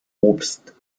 obst